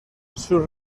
sus